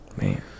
Man